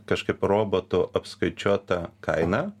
kažkaip robotu apskaičiuota kaina